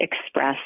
express